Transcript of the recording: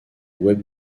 web